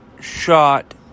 shot